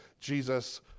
Jesus